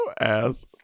ass